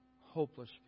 hopeless